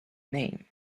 name